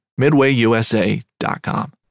MidwayUSA.com